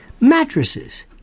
Mattresses